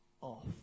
off